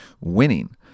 winning